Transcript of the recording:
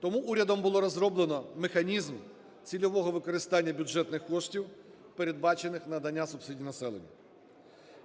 Тому урядом було розроблено механізм цільового використання бюджетних коштів, передбачених на надання субсидій.